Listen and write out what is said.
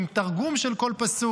עם תרגום של כל פסוק.